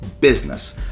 business